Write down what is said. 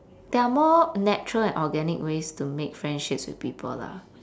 there are more natural and organic ways to make friendships with people lah